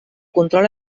control